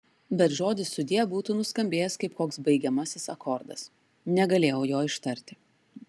bet žodis sudie būtų nuskambėjęs kaip koks baigiamasis akordas negalėjau jo ištarti